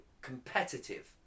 competitive